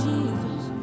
Jesus